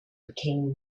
became